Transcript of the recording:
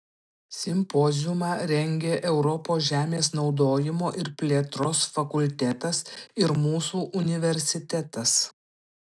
simpoziumą rengė europos žemės naudojimo ir plėtros fakultetas ir mūsų universitetas